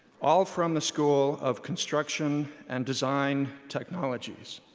all from the school of construction and design technologies.